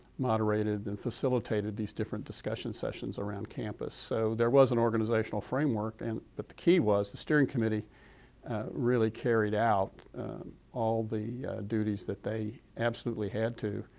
moderated and facilitated these different discussion sessions around campus. so there was an organizational framework, and but the key was, the steering committee really carried out all the duties that they absolutely had to,